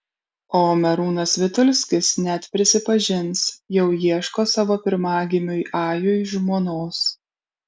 o merūnas vitulskis net prisipažins jau ieško savo pirmagimiui ajui žmonos